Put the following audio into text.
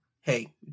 hey